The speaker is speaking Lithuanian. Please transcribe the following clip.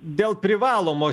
dėl privalomo